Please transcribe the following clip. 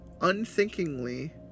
Unthinkingly